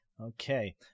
Okay